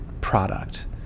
product